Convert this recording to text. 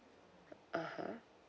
(uh huh)